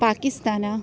Pakistan